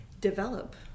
develop